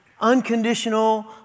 unconditional